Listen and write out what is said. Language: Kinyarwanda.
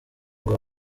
ngo